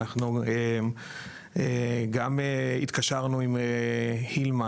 אנחנו גם התקשרנו עם הילמה,